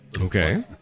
okay